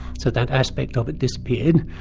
so that aspect of it disappeared.